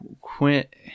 Quint